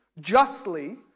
justly